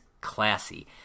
classy